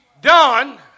done